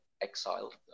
exiled